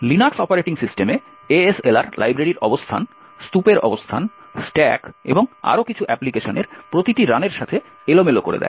Linux operating সিস্টেমে ASLR লাইব্রেরির অবস্থান স্তূপের অবস্থান স্ট্যাক এবং আরও কিছু অ্যাপ্লিকেশনের প্রতিটি রানের সাথে এলোমেলো করে দেয়